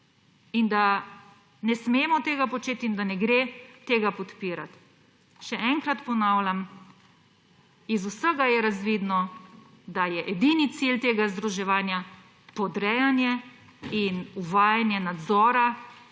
da ne smemo tega početi in da ne gre tega podpirati. Še enkrat ponavljam, iz vsega je razvidno, da je edini cilj tega združevanja podrejanje in uvajanje nadzora,